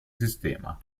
sistema